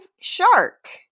shark